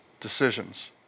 decisions